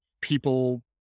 people